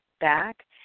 back